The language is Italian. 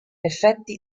effetti